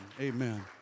amen